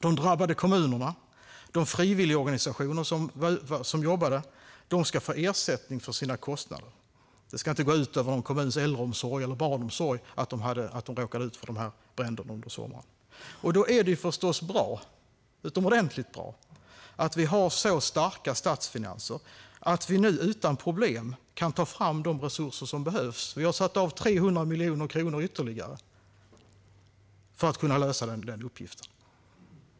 De drabbade kommunerna och de frivilligorganisationer som jobbade ska få ersättning för sina kostnader. Det ska inte gå ut över kommunernas äldreomsorg eller barnomsorg att de råkade ut för bränderna under sommaren. Då är det förstås bra, utomordentligt bra, att vi har så starka statsfinanser att vi nu utan problem kan ta fram de resurser som behövs. Vi har satt av 300 miljoner kronor ytterligare för att kunna lösa den uppgiften.